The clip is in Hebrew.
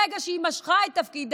אבל מרגע שהיא משכה את מועמדותה,